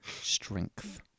strength